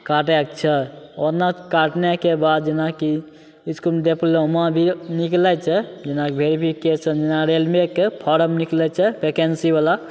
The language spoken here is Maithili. काटैके छै ओतना काटनेके बाद जेनाकि इसकुलमे डिप्लोमा भी निकलै छै जेनाकि वेरिफिकेशन जेना रेलवेके फारम निकलै छै वैकेन्सीवला